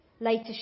Later